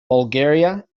bulgaria